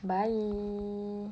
bye